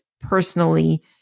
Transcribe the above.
personally